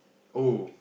oh